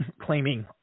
claiming